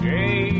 Hey